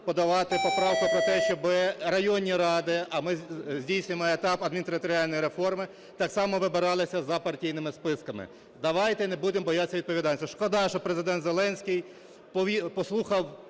подавати поправку про те, щоби районні ради, а ми здійснюємо етап адмінтериторіальної реформи, так само вибиралися за партійними списками. Давайте не будемо боятися відповідальності. Шкода, що Президент Зеленський послухав